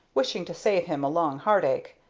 wishing to save him a long heart ache,